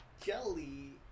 Jelly